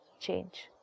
Change